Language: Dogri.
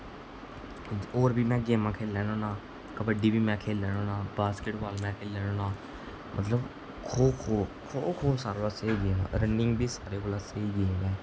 होर बी में गेमां खेढी लैन्ना होन्ना कबड्डी बी में खेढी लैन्ना होन्ना बासकिटबाल में खेढी लैन्ना होन्ना मतलब खो खो सारें कोला स्हेई गेम ऐ रनिंग बी सारें कोला स्हेई गेम ऐ